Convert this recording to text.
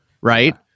Right